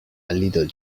little